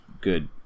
good